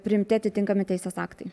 priimti atitinkami teisės aktai